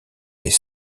les